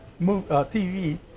TV